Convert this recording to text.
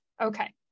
okay